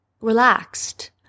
relaxed